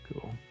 cool